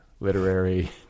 literary